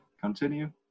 Continue